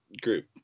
group